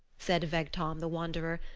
said vegtam the wanderer,